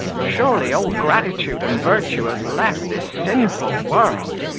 surely all gratitude and virtue has left this sinful world!